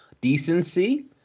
decency